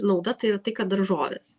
nauda tai yra tai kad daržovės